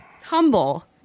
tumble